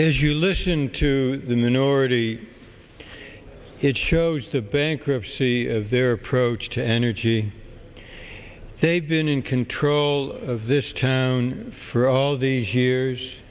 as you listen to the minority it shows the bankruptcy of their approach to energy they've been in control of this town for all these years